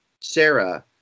Sarah